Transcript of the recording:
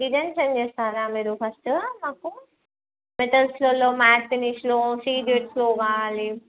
design send చేస్తారా మీరు first మాకు మెటల్స్లో మ్యాట్ ఫినిష్లో సీజెడ్స్లో కావాలి